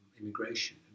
immigration